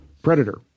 predator